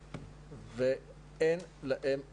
ואין להם עתיד.